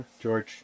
George